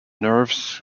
nerves